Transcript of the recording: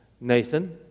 Nathan